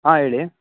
ಹಾಂ ಹೇಳಿ